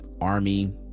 Army